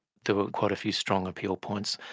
there were quite a few strong appeal points.